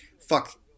fuck